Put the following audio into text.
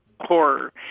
horror